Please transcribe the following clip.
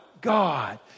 God